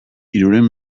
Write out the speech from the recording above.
hirurehun